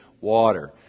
water